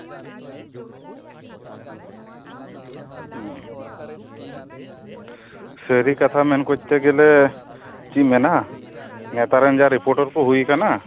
ᱩᱸᱻ ᱥᱟᱨᱤ ᱠᱟᱛᱷᱟ ᱢᱮᱱ ᱠᱚᱛᱛᱮ ᱜᱮᱞᱮ ᱪᱮᱫ ᱤᱧ ᱢᱮᱱᱟ ᱱᱮᱛᱟᱨ ᱨᱮᱱ ᱡᱟ ᱨᱤᱯᱳᱴᱟᱨ ᱠᱚ ᱦᱩᱭ ᱟᱠᱟᱱᱟ